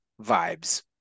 vibes